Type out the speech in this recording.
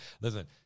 Listen